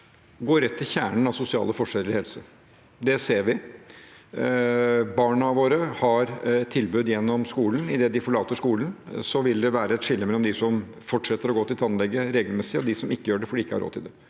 går rett til kjernen av sosiale forskjeller i helse. Det ser vi. Barna våre har et tilbud gjennom skolen. Idet de forlater skolen, vil det være et skille mellom dem som fortsetter å gå til tannlege regelmessig, og dem som ikke gjør det fordi de ikke har råd til det.